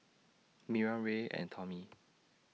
Miriam Ray and Tommie